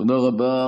תודה רבה.